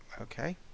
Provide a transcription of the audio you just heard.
Okay